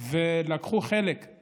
לקחו חלק גם